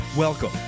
Welcome